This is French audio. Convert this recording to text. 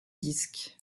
disques